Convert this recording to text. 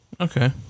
Okay